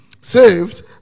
saved